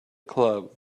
club